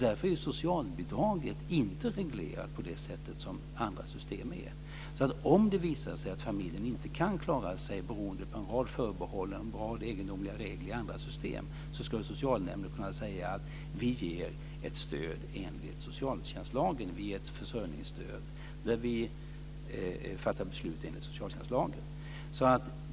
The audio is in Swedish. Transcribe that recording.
Därför är inte socialbidraget reglerat på det sätt som andra system är. Om det visar sig att familjen inte kan klara sig beroende på en rad förbehåll eller egendomliga regler i andra system ska socialnämnden kunna bevilja ett stöd enligt socialtjänstlagen, ett försörjningsstöd.